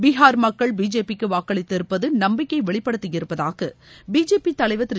பிகார் மக்கள் பிஜேபிக்கு வாக்களித்திருப்பது நம்பிக்கையை வெளிப்படுத்தியிருப்பதாக பிஜேபி தலைவர் திரு